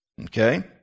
Okay